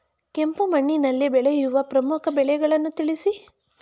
ಕೆಂಪು ಮಣ್ಣಿನಲ್ಲಿ ಬೆಳೆಯುವ ಪ್ರಮುಖ ಬೆಳೆಗಳನ್ನು ತಿಳಿಸಿ?